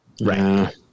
Right